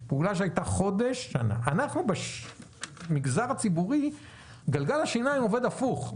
חודש, במגזר הציבורי גלגל השיניים עובד הפוך.